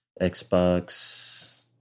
xbox